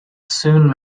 soon